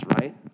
right